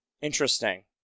Interesting